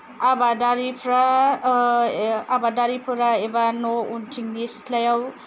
आबादारिफ्रा आबादारिफोरा एबा न' उनथिंनि सिथ्लायाव